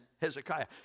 Hezekiah